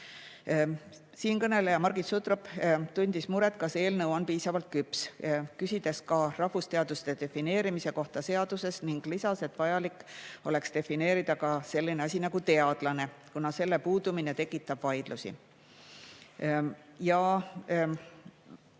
aega. Siinkõneleja Margit Sutrop tundis muret, kas eelnõu on piisavalt küps. Ma küsisin ka rahvusteaduste defineerimise kohta seaduses ning lisasin, et vajalik oleks defineerida ka selline asi nagu "teadlane", kuna selle [definitsiooni] puudumine tekitab vaidlusi.